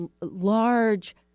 large